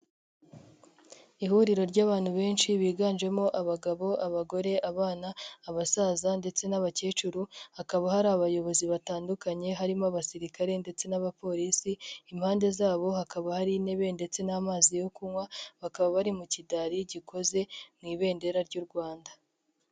Ihuriro ry'abantu benshi biganjemo abagabo ,abagore, abana, abasaza ndetse n'abakecuru. Hakaba hari abayobozi batandukanye harimo abasirikare ndetse n'abapolisi. Impande zabo hakaba hari intebe ndetse n'amazi yo kunywa .Bakaba bari mu kidari gikoze mu ibendera ry'u Rwanda.